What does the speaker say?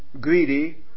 Greedy